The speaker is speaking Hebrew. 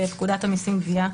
בפקודת המסים (גבייה)